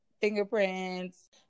fingerprints